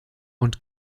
und